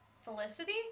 Felicity